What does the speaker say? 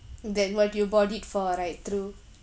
than what you bought it for right true